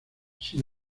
sin